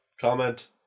comment